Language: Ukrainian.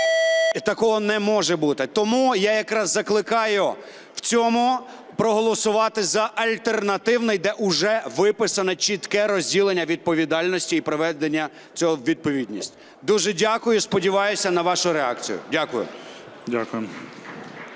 такого не може бути. Тому я якраз закликаю в цьому проголосувати за альтернативний, де вже виписане чітке розділення відповідальності, і приведення цього у відповідність. Дуже дякую. І сподіваюся на вашу реакцію. Дякую.